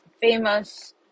famous